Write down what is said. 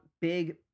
big